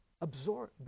absorb